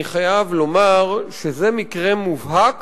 אני חייב לומר שזה מקרה מובהק